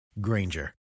Granger